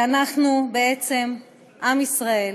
ואנחנו, עם ישראל,